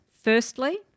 Firstly